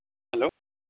hello